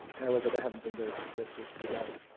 however, they haven't been very successful to date.